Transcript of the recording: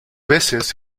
veces